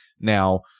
Now